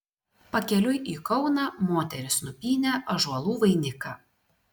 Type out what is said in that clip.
pakeliui į kauną moterys nupynė ąžuolų vainiką